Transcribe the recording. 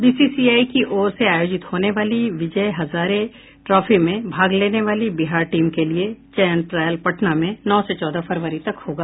BCCI की ओर से आयोजित होने वाली विजय हजारे ट्रॉफी में भाग लेने वाली बिहार टीम के लिए चयन ट्रायल पटना में नौ से चौदह फरवरी तक होगा